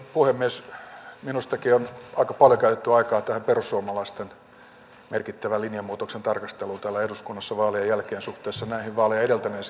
minustakin on aika paljon käytetty aikaa tähän perussuomalaisten merkittävän linjanmuutoksen tarkasteluun täällä eduskunnassa vaalien jälkeen suhteessa näihin vaaleja edeltäneisiin puheisiin